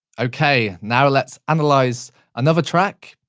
okay, now let's analyse another track.